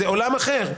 זה עולם אחר.